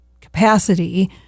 capacity